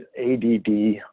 ADD